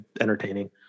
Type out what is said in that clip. entertaining